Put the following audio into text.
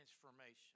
transformation